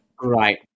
right